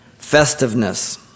festiveness